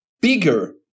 bigger